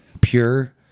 pure